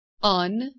On